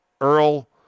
Earl